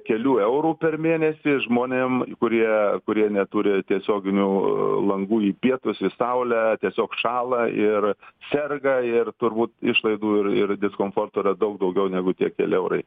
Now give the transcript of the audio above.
kelių eurų per mėnesį žmonėm kurie kurie neturi tiesioginių langų į pietus į saulę tiesiog šąla ir serga ir turbūt išlaidų ir ir diskomforto yra daug daugiau negu tie keli eurai